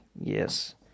Yes